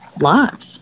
lives